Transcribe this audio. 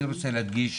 אני רוצה להדגיש